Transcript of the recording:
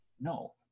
No